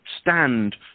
stand